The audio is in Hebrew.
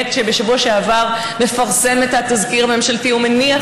שבשבוע שעבר מפרסם את התזכיר הממשלתי ומניח